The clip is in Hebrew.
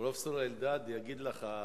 פרופסור אלדד יגיד לך,